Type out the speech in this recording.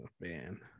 Man